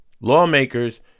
lawmakers